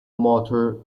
motor